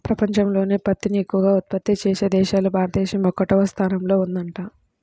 పెపంచంలోనే పత్తిని ఎక్కవగా ఉత్పత్తి చేసే దేశాల్లో భారతదేశమే ఒకటవ స్థానంలో ఉందంట